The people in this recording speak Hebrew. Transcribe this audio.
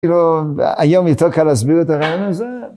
כאילו היום יותר קל להסביר את הרעיון הזה.